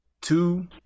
two